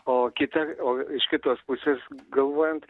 o kita o iš kitos pusės galvojant